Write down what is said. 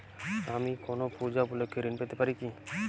আমি কোনো পূজা উপলক্ষ্যে ঋন পেতে পারি কি?